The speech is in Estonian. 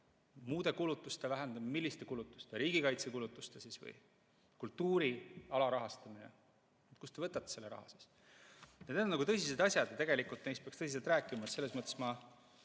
Muude kulutuste vähendamine – milliste kulutuste, riigikaitsekulutuste või? Kultuuri alarahastamine? Kust te võtate selle raha? Need on tõsised asjad ja tegelikult peaks neist tõsiselt rääkima. Selles mõttes ma